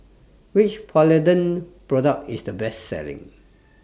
Which Polident Product IS The Best Selling